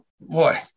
boy